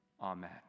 Amen